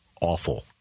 awful